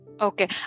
Okay